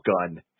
Gun